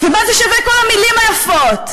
ומה זה שווה, כל המילים היפות,